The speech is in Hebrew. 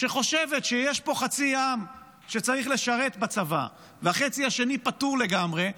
שחושבת שיש פה חצי עם שצריך לשרת בצבא והחצי השני פטור לגמרי,